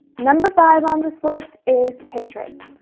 number five on this list is pinterest.